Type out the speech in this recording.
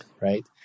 Right